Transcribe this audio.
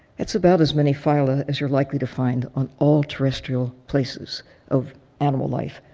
that's about as many fila as you're likely to find on all terrestrial places of animal life,